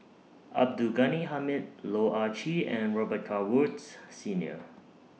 Abdul Ghani Hamid Loh Ah Chee and Robet Carr Woods Senior